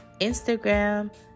instagram